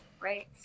right